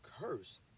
curse